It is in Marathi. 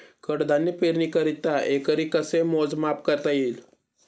कडधान्य पेरणीकरिता एकरी कसे मोजमाप करता येईल?